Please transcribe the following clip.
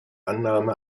annahme